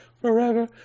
forever